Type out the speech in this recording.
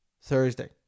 Thursday